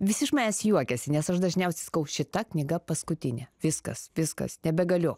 visi iš manęs juokiasi nes aš dažniausiai sakau šita knyga paskutinė viskas viskas nebegaliu